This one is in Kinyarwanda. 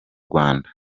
rwanda